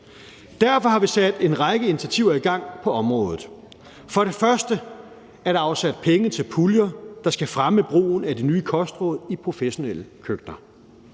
Derfor har vi sat en række initiativer i gang på området. For det første er der afsat penge til puljer, der skal fremme brugen af de nye kostråd i professionelle køkkener.